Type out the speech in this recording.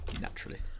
naturally